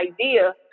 idea